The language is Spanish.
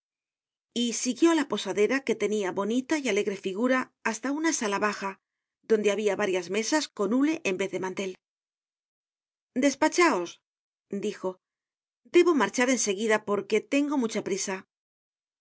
y siguió ála posadera que tenia bonita y alegre figura hasta una sala baja donde habia varias mesas con hule en vez de mantel despachaos dijo debo marchar en seguida porque tengo mucha prisa